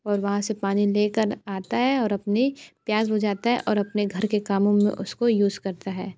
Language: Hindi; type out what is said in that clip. और वहाँ से पानी लेकर आता है और अपनी प्यास बुझाता है और अपने घर के कामों में उसको यूज़ करता है